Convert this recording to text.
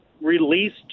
released